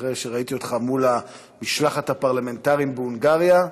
שאחרי שראיתי אותך מול משלחת הפרלמנטרים בהונגריה,